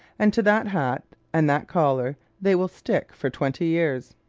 and to that hat and that collar they will stick for twenty years!